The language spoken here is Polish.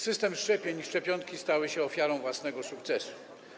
System szczepień i szczepionki stały się ofiarą własnego sukcesu.